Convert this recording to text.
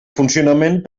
funcionament